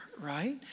right